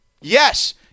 yes